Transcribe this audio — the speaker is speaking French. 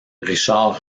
richard